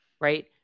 right